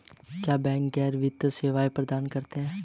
क्या बैंक गैर वित्तीय सेवाएं प्रदान करते हैं?